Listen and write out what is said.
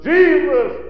Jesus